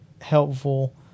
helpful